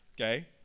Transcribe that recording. okay